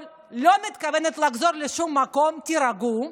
לא מתכוונת לחזור לשום מקום, תירגעו,